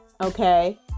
okay